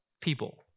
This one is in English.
people